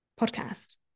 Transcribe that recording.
podcast